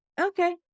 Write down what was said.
Okay